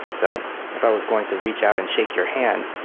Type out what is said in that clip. so if i was going to reach out and shake your hand,